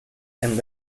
and